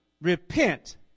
repent